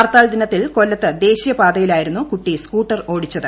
ഹർത്താൽ ദിനത്തിൽ കൊല്ലത്ത് ദേശീയപാതയിലായിരുന്നു കുട്ടി സ്കൂട്ടർ ഓടിച്ചത്